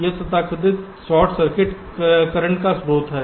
यह तथाकथित short circuit current का स्रोत है